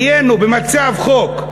נהיינו במצב חוק,